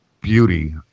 beauty